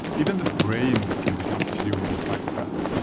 even the brain can become fueled by fat.